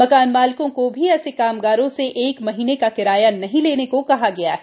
मकान मालिकों को भी ऐसे कामगारों से एक महीने का किराया नहीं लेने को कहा गया है